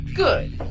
Good